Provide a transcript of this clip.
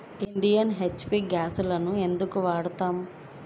Indian, HP గ్యాస్లనే ఎందుకు వాడతాము?